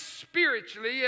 spiritually